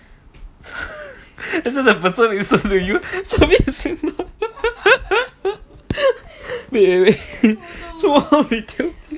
later the person listen to you service is not wait wait wait